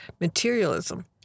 materialism